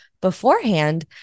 beforehand